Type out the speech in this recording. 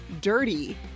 dirty